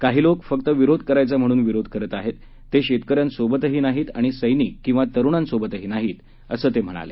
काही लोक फक्त विरोध करायचा म्हणून विरोध करत आहेत ते शेतकऱ्यांसोबतही नाहीत आणि सैनिक किंवा तरुणांसोबतही नाहीत असं ते म्हणाले